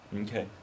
Okay